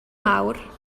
mawr